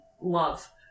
love